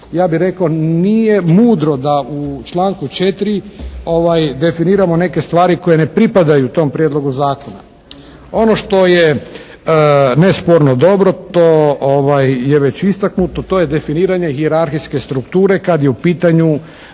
ja bih rekao nije mudro da u članku 4. definiramo neke stvari koje ne pripadaju tom Prijedlogu zakona. Ono što je nesporno dobro to je već istaknuto, to je definiranje hijerarhijske strukture kad je u pitanju